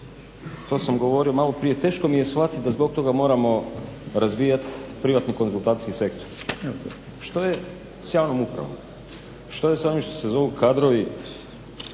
to sam govorio malo prije. Teško mi je shvatiti da zbog toga moramo razvijati privatni konzultacijski sektor. Što je s javnom upravom? Što je s onim što se zovu kadrovi